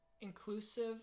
inclusive